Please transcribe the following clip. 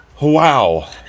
Wow